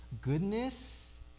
goodness